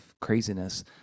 craziness